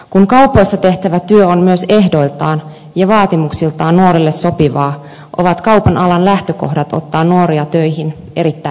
kun kaupoissa tehtävä työ on myös ehdoiltaan ja vaatimuksiltaan nuorille sopivaa ovat kaupan alan lähtökohdat ottaa nuoria töihin erittäin hyvät